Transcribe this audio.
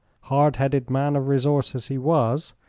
hard-headed man of resource as he was,